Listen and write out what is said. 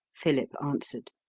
philip answered.